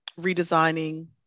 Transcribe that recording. Redesigning